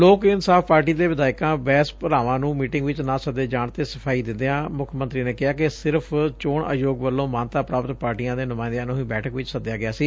ਲੋਕ ਇਕਸਾਫ਼ ਪਾਰਟੀ ਦੇ ਵਿਧਾਇਕਾਂ ਬੈਂਸ ਭਰਾਵਾਂ ਨੂੰ ਮੀਟਿੰਗ ਵਿਚ ਨਾ ਸਦੇ ਜਾਣ ਤੇ ਸਫ਼ਾਈ ਦਿੰਦਿਆਂ ਮੁੱਖ ਮੰਤਰੀ ਨੇ ਕਿਹਾ ਕਿ ਸਿਰਫ਼ ਚੋਣ ਆਯੋਗ ਵੱਲੋ ਮਾਨਤਾ ਪ੍ਰਾਪਤ ਪਾਰਟੀਆਂ ਦੇ ਨੁਮਾਇੰਦਿਆਂ ਨੰ ਹੀ ਬੈਠਕ ਵਿਚ ਸਦਿਆ ਗਿਆ ਸੀ